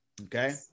Okay